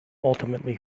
ultimately